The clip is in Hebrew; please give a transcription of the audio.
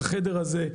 בחדר הזה,